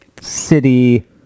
city